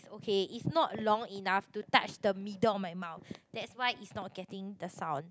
okay it's not long enough to touch the middle of my mouth that's why it's not getting the sound